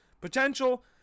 potential